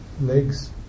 legs